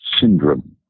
syndrome